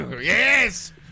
Yes